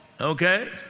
Okay